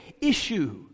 issue